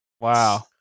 Wow